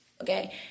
Okay